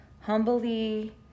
humbly